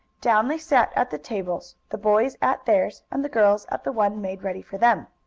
down they sat at the tables, the boys at theirs and the girls at the one made ready for them.